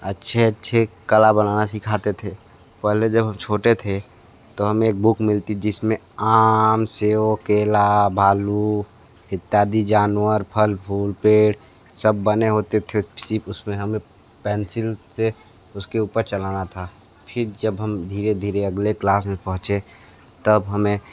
अच्छे अच्छे कला बनाना सिखाते थे पहले जब हम छोटे थे तो हमें एक बुक मिलती जिसमें आम सेव केला भालू इत्यादि जानवर फल फूल पेड़ सब बने होते थे सिर्फ उसमें हमें पेंसिल से उसके ऊपर चलाना था फिर जब हम धीरे धीरे अगले क्लास में पहुँचे तब हमें